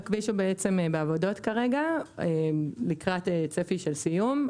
הכביש הוא בעבודות כרגע, לקראת צפי של סיום.